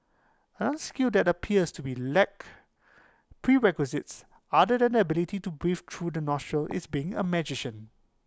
another skill that appears to be lack prerequisites other than the ability to breathe through the nostrils is being A magician